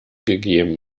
gegeben